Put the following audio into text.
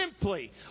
simply